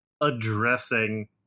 addressing